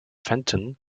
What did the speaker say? fenton